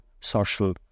social